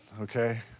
Okay